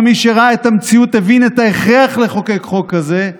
ומי שראה את המציאות הבין את ההכרח לחוקק חוק כזה,